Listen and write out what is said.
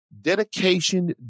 dedication